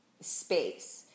space